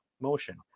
motion